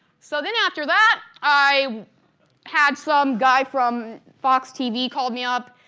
so, then after that, i had some guy from fox tv call me up,